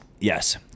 yes